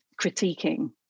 critiquing